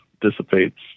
dissipates